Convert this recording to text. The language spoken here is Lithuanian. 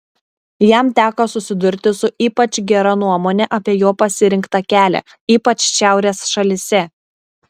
jam teko susidurti su ypač gera nuomone apie jo pasirinktą kelią ypač šiaurės šalyse